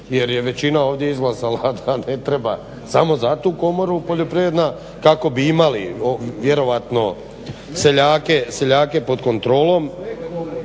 jer je većina ovdje izglasala da ne treba samo za tu komoru poljoprivredna kako bi imali vjerojatno seljake pod kontrolom.